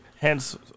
Hence